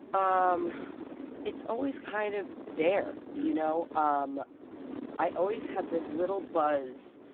um it's always kind of there, you know? um i always have this little buzz,